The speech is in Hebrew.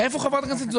מי נגד?